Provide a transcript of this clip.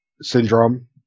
Syndrome